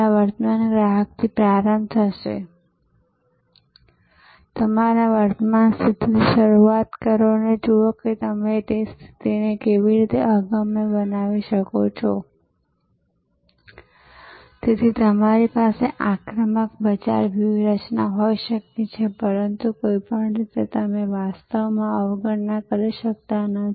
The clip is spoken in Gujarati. હવે આ લોકો કેન્દ્રિત નેટવર્ક ઝોમેટોસ ફૂડ પાન્ડા અને અથવા અન્ય વિવિધ વિતરણ સેવાઓ જેવા ઘણા ટેક્નોલોજી સેન્ટ્રિક નેટવર્ક્સ સાથે સ્પર્ધામાં છે જે મોટા ભાગના શહેરોમાં વિકસી રહી છે અને તેમાંથી કેટલાક હવે બહુવિધ શહેરો છે